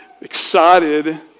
excited